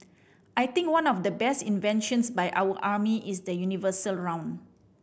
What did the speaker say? I think one of the best inventions by our army is the universal round